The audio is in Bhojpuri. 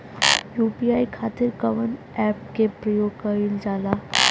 यू.पी.आई खातीर कवन ऐपके प्रयोग कइलजाला?